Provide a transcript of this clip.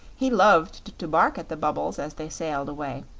he loved to bark at the bubbles as they sailed away,